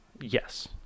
yes